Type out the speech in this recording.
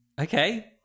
Okay